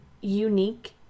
unique